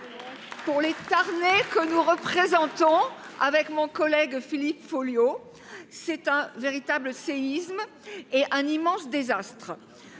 Pour les Tarnais, que je représente avec mon collègue Philippe Folliot, c’est un véritable séisme et un immense désastre.